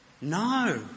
No